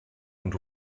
und